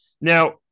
Now